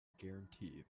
guarantee